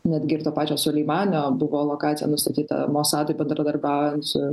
netgi ir to pačio suleimanio buvo lokacija nustatyta mosadui bendradarbiaujant su